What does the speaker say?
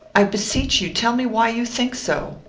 i beseech you, tell me why you think so.